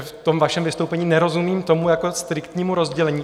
Ve vašem vystoupení nerozumím tomu striktnímu rozdělení.